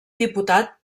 diputat